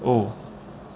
oh